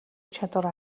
чадвараа